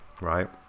right